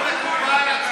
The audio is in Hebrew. לא, זה לא מקובל עלינו.